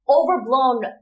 overblown